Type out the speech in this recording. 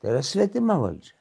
yra svetima valdžia